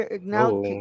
now